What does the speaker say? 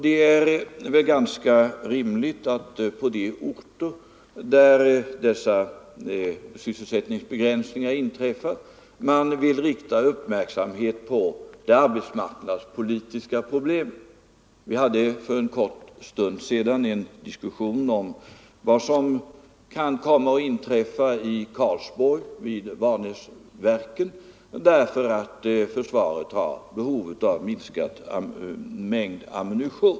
Det är ganska rimligt att man vill rikta uppmärksamheten på de arbetsmarknadspolitiska problemen på de orter där dessa sysselsättningsbegränsningar inträffar. Vi hade för en kort stund sedan en diskussion om vad som kan komma att inträffa i Karlsborg vid Vanäsverken därför att försvaret inte har behov av samma mängd ammunition.